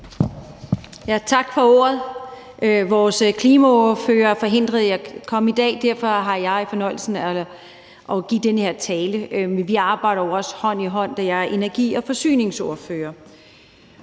tak for ordet. Vores klimaordfører er forhindret i at komme i dag, og derfor har jeg fornøjelsen af at give den her tale. Men vi arbejder jo også hånd i hånd, da jeg er energi- og forsyningsordfører.